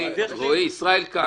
ישראל כ"ץ.